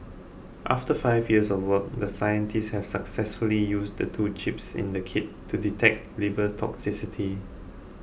after five years of work the scientists have successfully used the two chips in the kit to detect liver toxicity